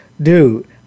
dude